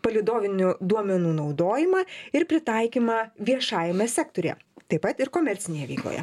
palydovinių duomenų naudojimą ir pritaikymą viešajame sektoriuje taip pat ir komercinėje veikloje